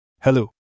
Hello